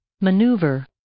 maneuver